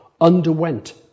underwent